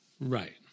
Right